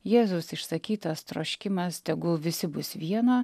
jėzaus išsakytas troškimas tegul visi bus viena